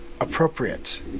appropriate